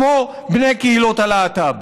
כמו בני קהילות הלהט"ב.